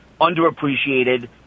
underappreciated